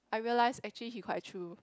I realise actually he quite true